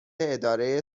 اداره